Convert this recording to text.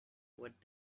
what